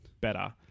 better